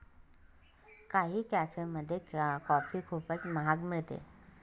काही कॅफेमध्ये कॉफी खूपच महाग मिळते